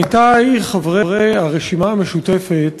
עמיתי חברי הרשימה המשותפת